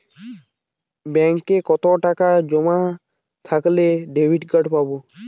ব্যাঙ্কে কতটাকা জমা থাকলে ডেবিটকার্ড পাব?